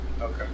Okay